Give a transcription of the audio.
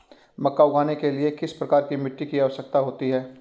मक्का उगाने के लिए किस प्रकार की मिट्टी की आवश्यकता होती है?